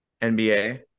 NBA